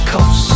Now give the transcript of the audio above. Coast